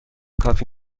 کافی